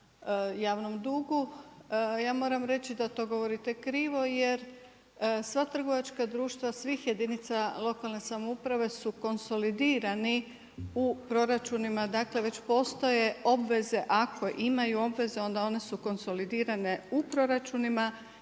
javnom dugu. Ja moram reći da to govorite krivo, jer sva trgovačka društva svih jedinica lokalne samouprave su konsolidirani u proračunima, dakle već postoje obveze. Ako imaju obveze onda one su konsolidirane u proračunima